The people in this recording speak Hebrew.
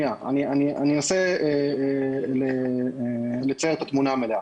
אני אנסה לצייר את התמונה המלאה.